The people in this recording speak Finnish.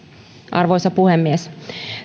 arvoisa puhemies